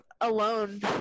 alone